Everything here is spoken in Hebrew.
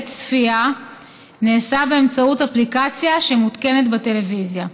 צפייה נעשה באמצעות אפליקציה שמותקנת בטלוויזיה.